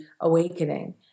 awakening